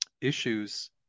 issues